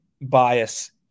bias